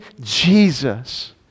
Jesus